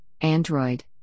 Android